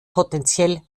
potenziell